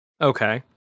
Okay